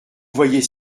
voyez